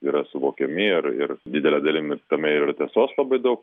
yra suvokiami ir ir didele dalimi tame ir yra tiesos labai daug